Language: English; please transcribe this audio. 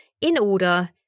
in-order